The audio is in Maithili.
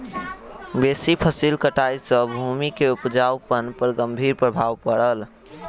बेसी फसिल कटाई सॅ भूमि के उपजाऊपन पर गंभीर प्रभाव पड़ल